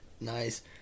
nice